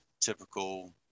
typical